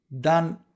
done